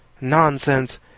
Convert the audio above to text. Nonsense